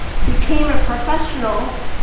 became a professional.